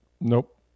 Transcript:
Nope